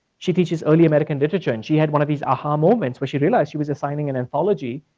she teaches only american literature and she had one of these ah-ha moments where she realized she was signing an anthology,